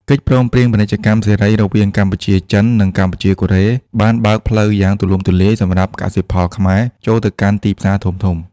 កិច្ចព្រមព្រៀងពាណិជ្ជកម្មសេរីរវាងកម្ពុជា-ចិន និងកម្ពុជា-កូរ៉េ បានបើកផ្លូវយ៉ាងទូលំទូលាយសម្រាប់កសិផលខ្មែរចូលទៅកាន់ទីផ្សារធំៗ។